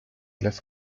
las